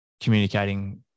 communicating